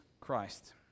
Christ